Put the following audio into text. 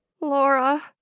Laura